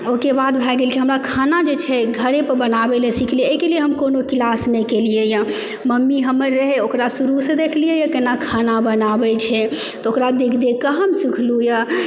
ओहिके बाद भए गेल कि हमरा खाना जे छै घरे पर बनाबै लए सिखलियै एहिके लिए हम कोनो क्लास नहि केलियैया मम्मी हमर रहै ओकरा शुरुसँ देखलियैया केना खाना बनाबै छै तऽ ओकरा देख देख कऽ हम सिखलहुॅंया